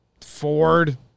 Ford